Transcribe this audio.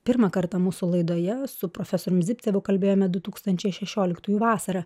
pirmą kartą mūsų laidoje su profesoriumi zipcevu kalbėjome du tūkstančiai šešioliktųjų vasarą